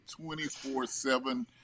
24-7